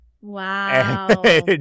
Wow